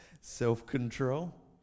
self-control